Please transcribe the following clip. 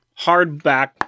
hardback